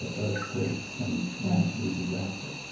ah earthquakes and natural disasters.